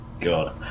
God